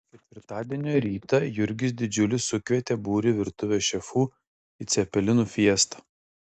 ketvirtadienio rytą jurgis didžiulis sukvietė būrį virtuvės šefų į cepelinų fiestą